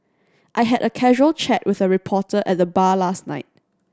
I had a casual chat with a reporter at the bar last night